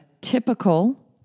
typical